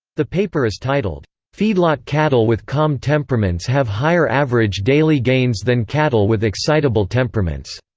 the paper is titled feedlot cattle with calm temperaments have higher average daily gains than cattle with excitable temperaments,